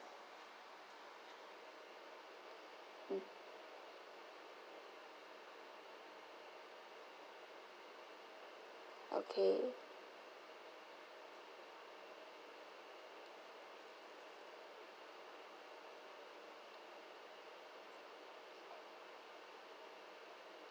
mm okay